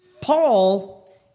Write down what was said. Paul